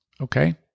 Okay